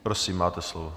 Prosím, máte slovo.